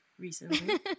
recently